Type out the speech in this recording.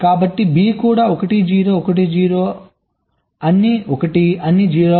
కాబట్టి B కూడా 1 0 1 0 అన్నీ 1 అన్నీ 0